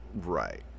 Right